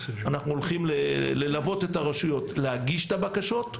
אנחנו הולכים ללוות את הרשויות להגיש את הבקשות,